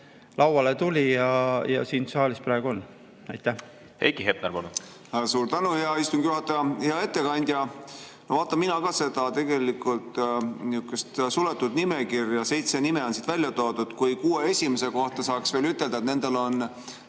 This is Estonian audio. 6 : 3, see siin saalis praegu on. Heiki Hepner, palun! Suur tänu, hea istungi juhataja! Hea ettekandja! Ma vaatan ka seda tegelikult suletud nimekirja, seitse nime on siin välja toodud. Kui kuue esimese kohta saaks veel ütelda, et nendel on